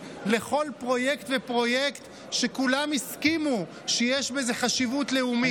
כספים לכל פרויקט ופרויקט שכולם הסכימו שיש בו חשיבות לאומית.